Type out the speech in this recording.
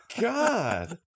God